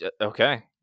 okay